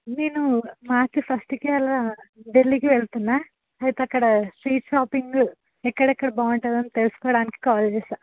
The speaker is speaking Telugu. నేను మార్చి ఫస్ట్కు ఢిల్లీకి వెళ్తున్నాను అయితే అక్కడ స్ట్రీట్ షాపింగ్ ఎక్కడెక్కడ బాగుంటుంది అని తెలుసుకోవడానికి కాల్ చేశాను